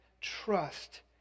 trust